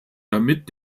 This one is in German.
damit